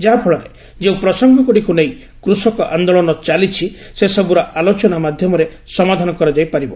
ଯାହାଫଳରେ ଯେଉଁ ପ୍ରସଙ୍ଗଗୁଡ଼ିକୁ ନେଇ କୃଷକ ଆନ୍ଦୋଳନ ଚାଲିଛି ସେ ସବୁର ଆଲୋଚନା ମାଧ୍ୟମରେ ସମାଧାନ କରାଯାଇ ପାରିବ